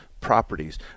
properties